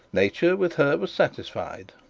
nature with her was satisfied.